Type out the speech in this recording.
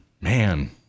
Man